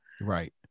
Right